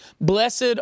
blessed